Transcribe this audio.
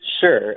Sure